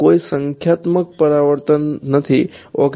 કોઈ સંખ્યાત્મક પરાવર્તન નથી ઓકે